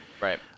Right